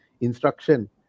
instruction